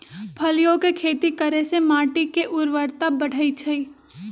फलियों के खेती करे से माटी के ऊर्वरता बढ़ई छई